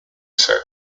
scène